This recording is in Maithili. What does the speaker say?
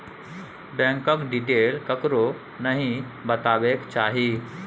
बैंकक डिटेल ककरो नहि बतेबाक चाही